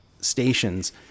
stations